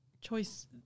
Choice